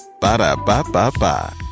Ba-da-ba-ba-ba